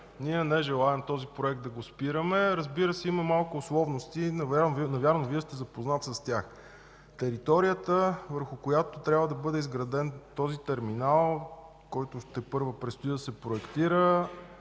Ние не желаем за спираме този проект. Разбира се, има малко условности, но вярвам Вие сте запознат с тях. Територията, върху която трябва да бъде изграден този терминал, който тепърва предстои да се проектира,